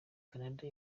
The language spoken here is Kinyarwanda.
canada